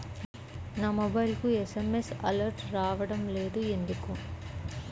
నా మొబైల్కు SMS alerts రావడం లేదు ఎందుకు?